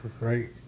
right